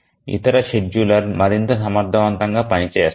ఇతర షెడ్యూలర్లు మరింత సమర్థవంతంగా పని చేస్తాయి